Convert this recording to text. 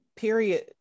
period